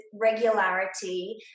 regularity